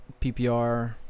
PPR